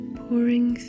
pouring